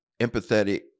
empathetic